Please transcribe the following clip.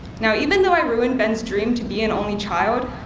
you know even though i ruined ben's dream to be an only child,